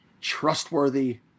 trustworthy